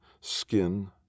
skin